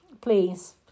Please